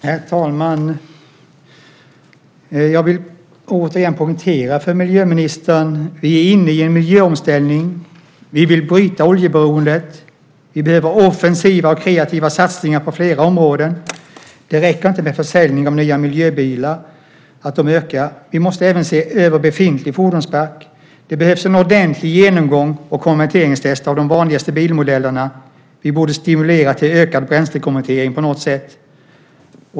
Herr talman! Jag vill återigen poängtera följande för miljöministern. Vi är inne i en miljöomställning. Vi vill bryta oljeberoendet. Vi behöver offensiva och kreativa satsningar på flera områden. Det räcker inte med ökad försäljning av nya miljöbilar, utan vi måste även se över befintlig fordonspark. Det behövs en ordentlig genomgång samt konverteringstest av de vanligaste bilmodellerna. Vi borde också stimulera till ökad bränslekonvertering på något sätt.